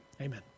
Amen